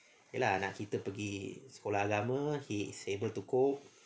okay lah anak kita pergi sekolah agama he is able to cope